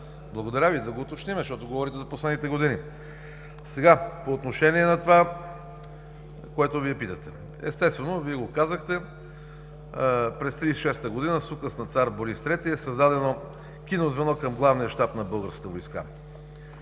Благодаря Ви, да го уточним, защото говорите за последните години. По отношение на това, което Вие питате. Естествено, Вие го казахте – през 1936 г. с Указ на цар Борис III е създадено кино-звено към Главния щаб на българската войска.